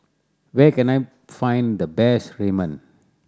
where can I find the best Ramen